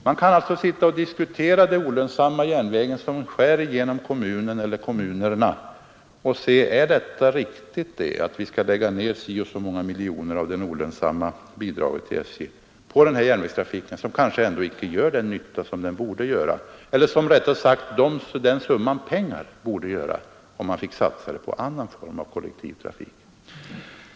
Man kan nu diskutera den olönsamma järnväg som går genom kommunen eller kommunerna, och man kan fråga: Är det riktigt att vi lägger ned så många miljoner på ett bidrag till SJ för denna järnvägstrafik, där pengarna kanske inte gör den nytta som de kunde göra, om vi satsade dem på en annan form av kollektiv trafik?